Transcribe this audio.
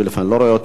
אני לא רואה אותה.